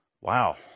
Wow